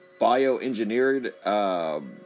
bioengineered